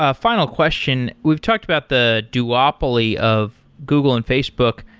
ah final question. we've talked about the duopoly of google and facebook.